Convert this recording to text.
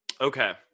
Okay